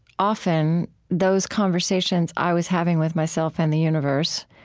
often, those conversations i was having with myself and the universe